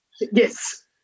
Yes